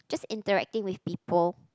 just interacting with people